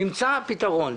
נמצא פתרון.